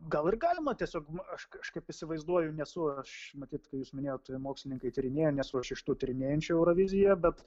gal ir galima tiesiog aš kažkaip įsivaizduoju nesu aš matyt kai jūs minėjot tie mokslininkai tyrinėja nesu aš iš tų tyrinėjančių euroviziją bet